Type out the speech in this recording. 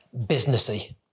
businessy